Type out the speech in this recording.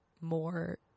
more